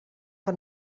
que